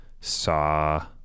saw